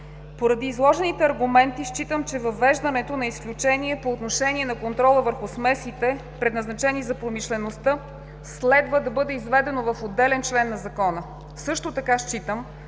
Поради изложените аргументи, считам, че въвеждането на изключение по отношение на контрола върху смесите, предназначени за промишлеността, следва да бъде изведено в отделен член на Закона. Също така считам,